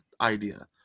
idea